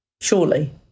Surely